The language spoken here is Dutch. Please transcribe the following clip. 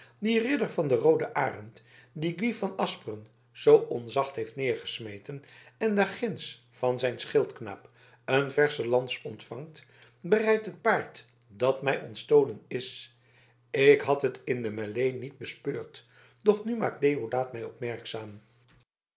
die ridder van den rooden arend die gwy van asperen zoo onzacht heeft neergesmeten en daarginds van zijn schildknaap een versche lans ontvangt berijdt het paard dat mij ontstolen is ik had het in de mêlée niet bespeurd doch nu maakt deodaat mij